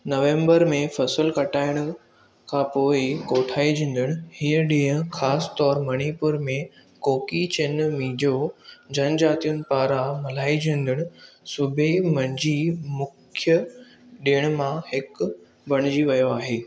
नवंबर में फ़सलु कटायण खां पोइ कोठाइजिंदड़ु हीउ ॾींहुं ख़ासि तौरु मणिपुर में कोकी चिन मिज़ो जनजातियुनि पारां मल्हाइजिंदड़ु सूबे मंझि मुख्यु ॾिणनि मां हिकु बणिजी वियो आहे